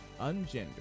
ungendered